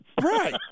Right